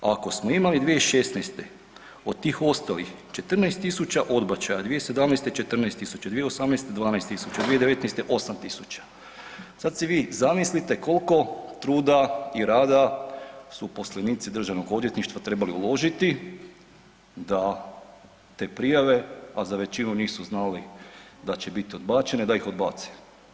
Ako smo imali 2016. od tih ostalih 14.000 odbačaja, 2017. 14.000, 2018. 12.000, 2019. 8.000 sad si vi zamislite koliko truda i rada su uposlenici Državnog odvjetništva trebali uložiti da te prijave, a za većinu nisu znali da će biti odbačene da ih odbace.